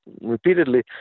repeatedly